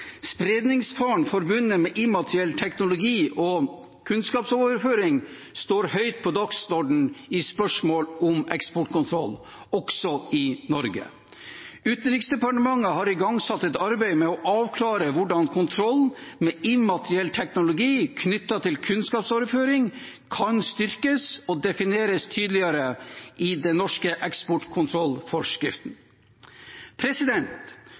Spredningsfaren forbundet med immateriell teknologi og kunnskapsoverføring står høyt på dagsordenen i spørsmål om eksportkontroll, også i Norge. Utenriksdepartementet har igangsatt et arbeid med å avklare hvordan kontrollen med immateriell teknologi knyttet til kunnskapsoverføring kan styrkes og defineres tydeligere i den norske eksportkontrollforskriften.